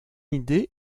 idée